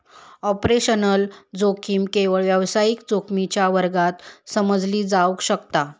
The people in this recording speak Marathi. ऑपरेशनल जोखीम केवळ व्यावसायिक जोखमीच्या वर्गात समजली जावक शकता